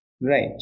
Right